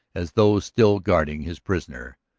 as though still guarding his prisoner,